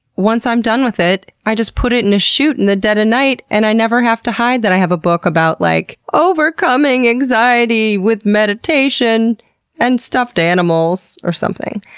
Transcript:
once i'm done with it, i just put it in a chute in the dead of night and i never have to hide that i have a book about like, overcoming anxiety with meditation and stuffed animals, or something.